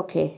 okay